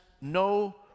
no